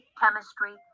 chemistry